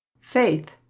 Faith